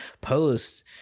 post